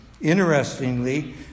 Interestingly